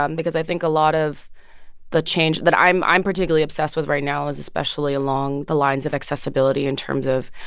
um because i think a lot of the change that i'm i'm particularly obsessed with right now is especially along the lines of accessibility, in terms of